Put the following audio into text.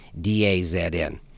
d-a-z-n